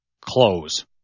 close